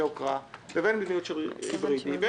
יוקרה לבין מדיניות לגבי רכבים היברידיים,